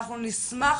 אנחנו נשמח,